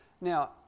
Now